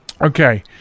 okay